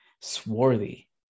Swarthy